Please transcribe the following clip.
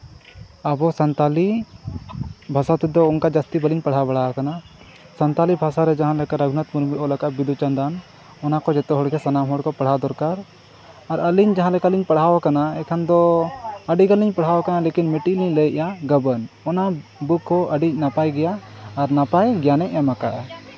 ᱟᱵᱚ ᱥᱟᱱᱛᱟᱲᱤ ᱵᱷᱟᱥᱟ ᱛᱮᱫᱚ ᱚᱱᱠᱟ ᱡᱟᱹᱥᱛᱤ ᱵᱟᱹᱞᱤᱧ ᱯᱟᱲᱦᱟᱣ ᱵᱟᱲᱟ ᱟᱠᱟᱱᱟ ᱥᱟᱱᱛᱟᱲᱤ ᱵᱷᱟᱥᱟᱨᱮ ᱡᱟᱦᱟᱸ ᱞᱮᱠᱟ ᱨᱚᱜᱷᱩᱱᱟᱛᱷ ᱢᱩᱨᱢᱩᱭ ᱚᱞ ᱟᱠᱟᱫᱟ ᱵᱤᱸᱫᱩᱼᱪᱟᱸᱫᱟᱱ ᱚᱱᱟ ᱠᱚ ᱡᱚᱛᱚ ᱦᱚᱲᱜᱮ ᱥᱟᱱᱟᱢ ᱠᱚ ᱯᱟᱲᱦᱟᱣ ᱫᱚᱨᱠᱟᱨ ᱟᱨ ᱟᱹᱞᱤᱧ ᱡᱟᱦᱟᱸ ᱞᱮᱠᱟᱞᱤᱧ ᱯᱟᱲᱦᱟᱣ ᱠᱟᱱᱟ ᱮᱱᱠᱷᱟᱱ ᱫᱚ ᱟᱹᱰᱤ ᱜᱟᱱᱤᱧ ᱯᱟᱲᱦᱟᱣ ᱠᱟᱱᱟ ᱞᱮᱠᱤᱱ ᱢᱤᱫᱴᱤᱱ ᱤᱧ ᱞᱟᱹᱭ ᱮᱜᱼᱟ ᱜᱟᱵᱟᱱ ᱚᱱᱟ ᱵᱩᱠ ᱦᱚᱸ ᱟᱹᱰᱤ ᱱᱟᱯᱟᱭ ᱜᱮᱭᱟ ᱟᱨ ᱱᱟᱯᱟᱭ ᱜᱮᱭᱟᱱᱮ ᱮᱢ ᱟᱠᱟᱫᱼᱟ